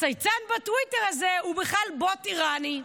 הצייצן בטוויטר הזה הוא בכלל בוט איראני.